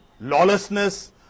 lawlessness